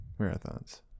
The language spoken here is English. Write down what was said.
marathons